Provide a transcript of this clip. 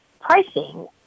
pricing